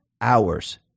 hours